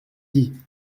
dit